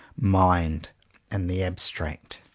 mind in the abstract.